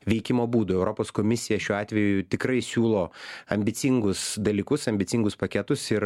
veikimo būdų europos komisija šiuo atveju tikrai siūlo ambicingus dalykus ambicingus paketus ir